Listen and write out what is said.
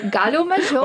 gal jau mažiau